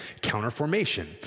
counterformation